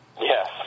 Yes